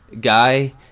guy